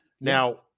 Now